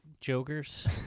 Jokers